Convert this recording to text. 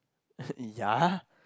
yeah